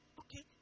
okay